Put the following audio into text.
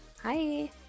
Hi